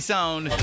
Sound